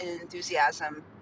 enthusiasm